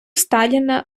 сталіна